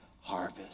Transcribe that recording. harvest